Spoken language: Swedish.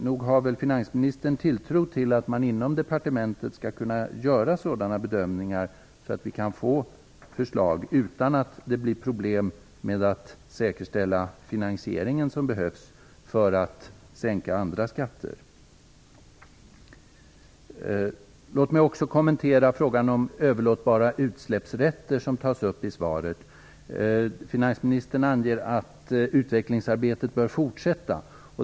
Nog har väl finansministern tilltro till att man inom departementen skall kunna göra sådana bedömningar, så att vi kan få förslag utan att det blir problem med att säkerställa den finansiering som behövs för att sänka andra skatter. Låt mig också kommentera frågan om överlåtbara utsläppsrätter, som tas upp i svaret. Finansministern anger att utvecklingsarbetet bör fortsätta.